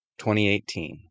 2018